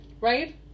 Right